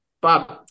Bob